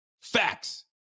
Facts